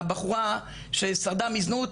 הבחורה ששרדה מזנות,